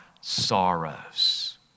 sorrows